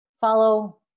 follow